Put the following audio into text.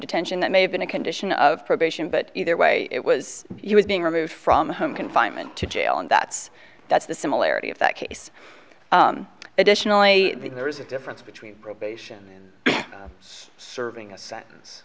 detention that may have been a condition of probation but either way it was he was being removed from home confinement to jail and that's that's the similarity of that case additionally there is a difference between probation and serving a sentence